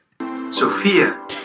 Sophia